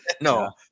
No